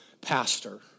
Pastor